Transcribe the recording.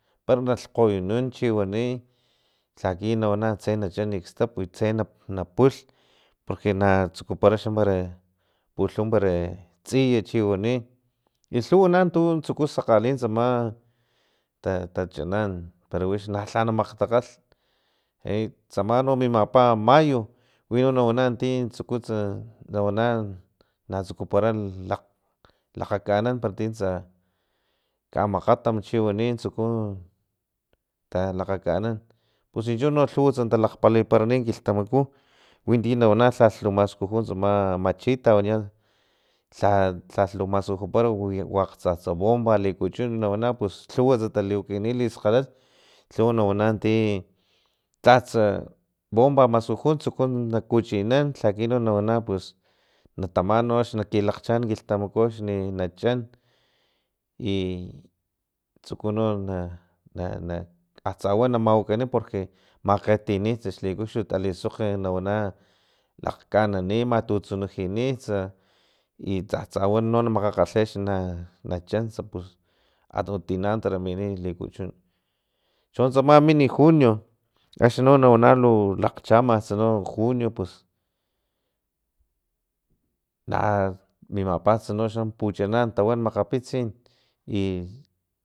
Para nalhkgoyunan chi wani laki wana tse na chan kstap napulh porque na natsukupara xa para pulh para e tsiya paero chi wani i lhuwa na tu tsuku sakgali tsama ta tachanan para wix nalha makgtakgalh e tsama no mimapa mayo wino nawana ti natsukutsa nawana natsukupara lakgakanan titsa kamakgatam wani tsuku talakgakanan pus chincho no lhuwats talakgpalini kilhtamaku winti nawana lha lu maskuju tsama machita lhalh lu maskujupara wakg tsatsa bomba li kuchun nawana pus lhuwats litawakanits liskgalalh lhuwa nawana ti tsatsa bomba maskuju na tsuku kuchinan laki no nawana pus natama axni na kilalakgchaan kilhtamaku axni na chan i tsuku no na na tsata awan na mawakani porque makgetinits xlikuxtut alisokg nawana lakgkanani matutsunajinits i tsatsaawan na kgalhi axni na chants porque pus atutina taramini likuchun chon tsama min junio axni no na wana lu lakgchamas junio pus na mimapats noxa puchanan tawan makgapitsin i